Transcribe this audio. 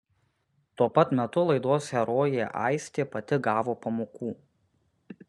tuo pat metu laidos herojė aistė pati gavo pamokų